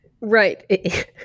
Right